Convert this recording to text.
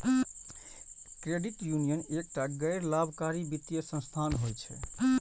credit union एकटा गैर लाभकारी वित्तीय संस्थान होइ छै